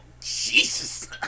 Jesus